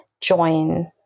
join